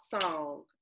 song